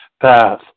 path